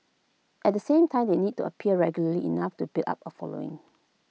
at the same time they need to appear regularly enough to build up A following